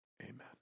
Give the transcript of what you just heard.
Amen